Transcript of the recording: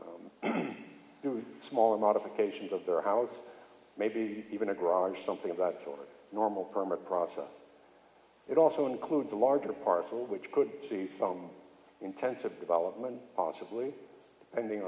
do smaller modifications of their house maybe even a garage something about for normal permit process it also includes a larger parcel which could be some intensive development possibly pending